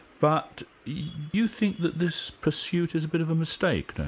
but you think that this pursuit is a bit of a mistake,